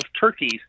turkeys